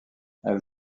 elle